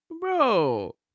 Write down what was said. bro